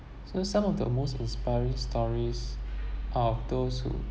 so some of the most inspiring stories are of those who